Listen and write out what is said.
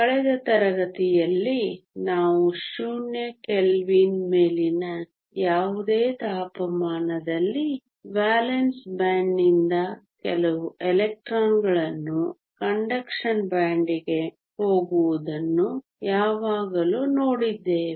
ಕಳೆದ ತರಗತಿಯಲ್ಲಿ ನಾವು ಶೂನ್ಯ ಕೆಲ್ವಿನ್ ಮೇಲಿನ ಯಾವುದೇ ತಾಪಮಾನದಲ್ಲಿ ವೇಲೆನ್ಸ್ ಬ್ಯಾಂಡ್ನಿಂದ ಕೆಲವು ಎಲೆಕ್ಟ್ರಾನ್ಗಳನ್ನು ಕಂಡಕ್ಷನ್ ಬ್ಯಾಂಡ್ಗೆ ಹೋಗುವುದನ್ನು ಯಾವಾಗಲೂ ನೋಡಿದ್ದೇವೆ